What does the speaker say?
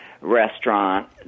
restaurant